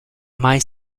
mai